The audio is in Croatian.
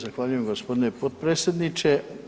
Zahvaljujem gospodine podpredsjedniče.